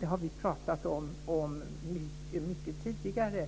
Det har vi talat om mycket tidigare